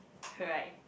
right